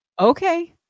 Okay